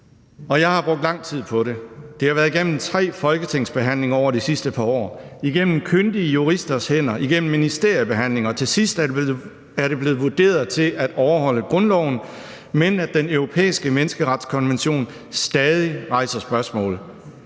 Jeg har brugt lang tid på det. Det har været igennem tre folketingsbehandlinger over de sidste par år, igennem kyndige juristers hænder, igennem ministeriel behandling, og til sidst er det blevet vurderet til at overholde grundloven, men Den Europæiske Menneskerettighedskonvention rejser stadig spørgsmål.